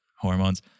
hormones